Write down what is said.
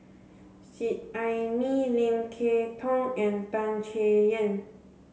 Seet Ai Mee Lim Kay Tong and Tan Chay Yan